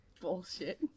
bullshit